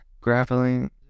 grappling